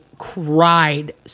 Cried